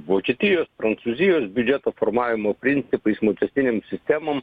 vokietijos prancūzijos biudžeto formavimo principais mokestinėm sistemom